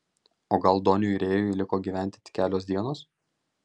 o gal doniui rėjui liko gyventi tik kelios dienos